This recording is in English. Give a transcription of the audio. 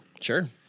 Sure